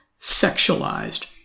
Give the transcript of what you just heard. sexualized